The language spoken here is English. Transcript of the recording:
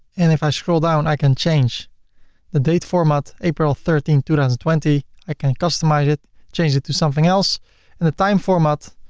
and if i scroll down, i can change the date format april thirteen, two thousand and twenty. i can customize it, change it to something else and the time format,